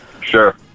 Sure